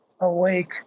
awake